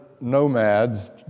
Nomads